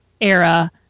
era